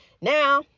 Now